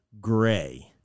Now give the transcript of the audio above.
gray